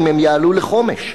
אם הם יעלו לחומש.